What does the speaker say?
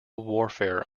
warfare